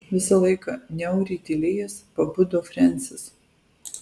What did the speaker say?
visą laiką niauriai tylėjęs pabudo frensis